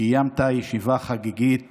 קיימת ישיבה חגיגית